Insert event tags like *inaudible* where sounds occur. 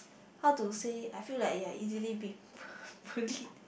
how to say I feel like you're easily b~ *breath* bullied